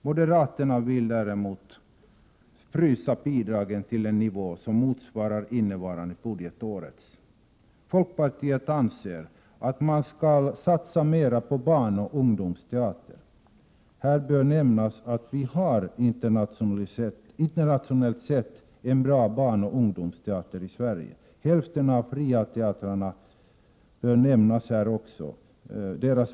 Moderaterna vill däremot frysa bidragen till en nivå som motsvarar innevarande budgetårs. Folkpartiet anser att man skall satsa mer på barnoch ungdomsteater. Här bör nämnas att vi internationellt sett har en bra barnoch ungdomsteater i Sverige. Hälften av de fria teatrarnas verksamhet är barnteater.